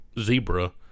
zebra